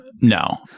no